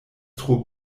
tro